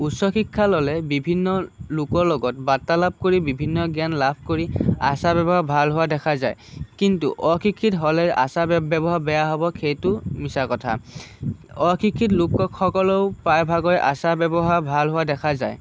উচ্চ শিক্ষা ল'লে বিভিন্ন লোকৰ লগত বাৰ্তালাপ কৰি বিভিন্ন জ্ঞান লাভ কৰি আচাৰ ব্যৱহাৰ ভাল হোৱা দেখা যায় কিন্তু অশিক্ষিত হ'লে আচাৰ ব্যৱহাৰ বেয়া হ'ব সেইটো মিছা কথা অশিক্ষিত লোকসকলেও প্ৰয়াভাগৰে আচাৰ ব্যৱহাৰ ভাল হোৱা দেখা যায়